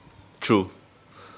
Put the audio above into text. true